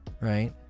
right